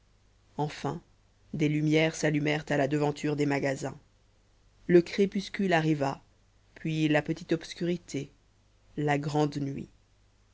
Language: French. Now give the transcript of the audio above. enfin des lumières s'allumèrent à la devanture des magasins le crépuscule arriva puis la petite obscurité la grande nuit